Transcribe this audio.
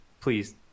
Please